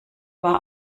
war